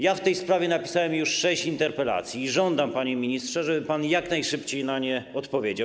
Ja w tej sprawie napisałem już sześć interpelacji i żądam, panie ministrze, żeby pan jak najszybciej na nie odpowiedział.